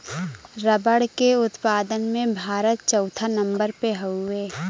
रबड़ के उत्पादन में भारत चउथा नंबर पे हउवे